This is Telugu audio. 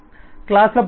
క్లాస్ ల పరంగా కూడా